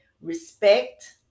respect